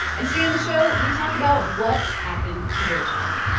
and today on the show, we talk about what happened to deutsche bank.